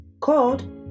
called